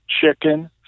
chicken